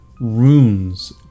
runes